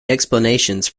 explanations